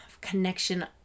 connection